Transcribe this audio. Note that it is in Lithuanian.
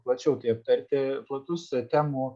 plačiau tai aptarti platus temų